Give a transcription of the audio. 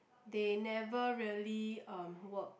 they never really um work